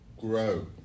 grow